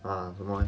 ah 做么 leh